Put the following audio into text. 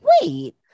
Wait